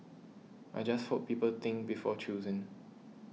I just hope people think before choosing